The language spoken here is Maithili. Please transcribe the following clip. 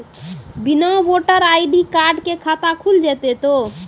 बिना वोटर आई.डी कार्ड के खाता खुल जैते तो?